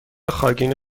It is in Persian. خاگینه